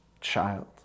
child